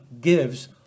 gives